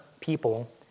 people